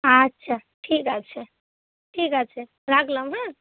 আচ্ছা ঠিক আছে ঠিক আছে রাখলাম হ্যাঁ